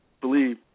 believe